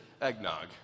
eggnog